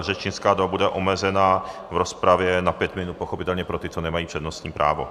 Řečnická doba bude omezena v rozpravě na pět minut pochopitelně pro ty, co nemají přednostní právo.